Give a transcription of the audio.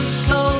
slow